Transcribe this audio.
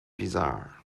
bizarre